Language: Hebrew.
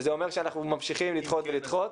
וזה אומר שאנחנו ממשיכים לדחות ולדחות.